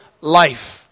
life